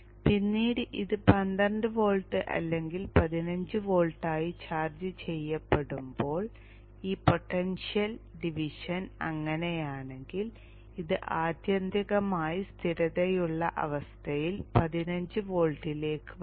പിന്നീട് ഇത് 12 വോൾട്ട് അല്ലെങ്കിൽ 15 വോൾട്ട് ആയി ചാർജ് ചെയ്യപ്പെടുമ്പോൾ ഈ പൊട്ടൻഷ്യൽ ഡിവിഷൻ അങ്ങനെയാണെങ്കിൽ ഇത് ആത്യന്തികമായി സ്ഥിരതയുള്ള അവസ്ഥയിൽ 15 വോൾട്ടിലേക്ക് വരും